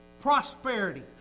prosperity